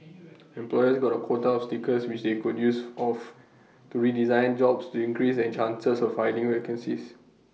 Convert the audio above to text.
employers got A quota of stickers which they could use of to redesign jobs to increase their chances of filling vacancies